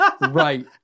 right